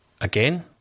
again